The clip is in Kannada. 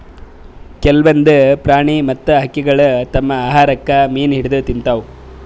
ಕೆಲ್ವನ್ದ್ ಪ್ರಾಣಿ ಮತ್ತ್ ಹಕ್ಕಿಗೊಳ್ ತಮ್ಮ್ ಆಹಾರಕ್ಕ್ ಮೀನ್ ಹಿಡದ್ದ್ ತಿಂತಾವ್